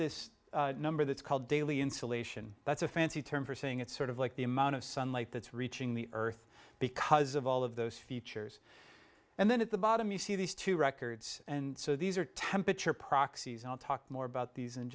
this number that's called daily insulation that's a fancy term for saying it's sort of like the amount of sunlight that's reaching the earth because of all of those features and then at the bottom you see these two records and so these are temperature proxies i'll talk more about these